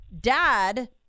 dad